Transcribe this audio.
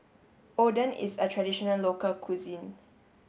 Oden is a traditional local cuisine